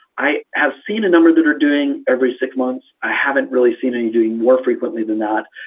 i have seen a number that are doing every six months. i haven't really seen any doing more frequently than that.